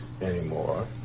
anymore